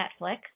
Netflix